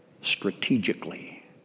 strategically